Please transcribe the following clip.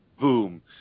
Boom